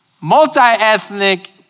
multi-ethnic